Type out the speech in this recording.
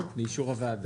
באישור הוועדה.